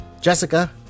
Jessica